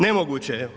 Nemoguće je.